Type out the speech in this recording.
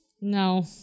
No